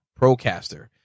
Procaster